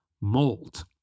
mold